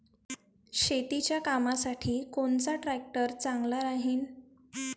शेतीच्या कामासाठी कोनचा ट्रॅक्टर चांगला राहीन?